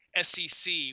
SEC